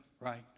right